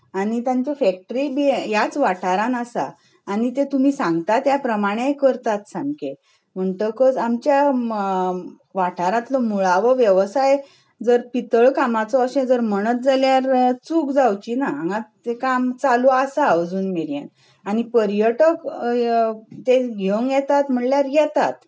तांच्यो फॅक्टरी बी ह्याच वाठारांत आनी तुमी ते सांगतात त्या प्रमाणे करतात सामकें म्हणटकच आमच्या वाठारांतलो मुळावो वेवसाय जर पितळ कामाचो अशें जर म्हणत जाल्यार चूक जावची ना हांगाच तें काम चालू आसा अजून मेरेन आनी पर्यटक तें घेवंक येतात म्हणल्यार येतात